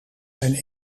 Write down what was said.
zijn